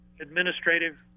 Administrative